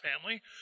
family